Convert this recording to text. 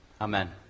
Amen